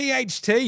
THT